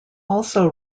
also